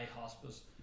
hospice